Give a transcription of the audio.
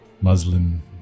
muslin